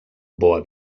boa